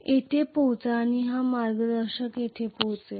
येथे पोहोचेल आणि हा मार्गदर्शक येथे पोहोचेल